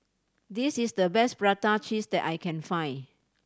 this is the best prata cheese that I can find